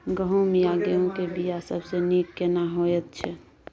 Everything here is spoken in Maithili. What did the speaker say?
गहूम या गेहूं के बिया सबसे नीक केना होयत छै?